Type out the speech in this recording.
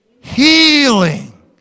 healing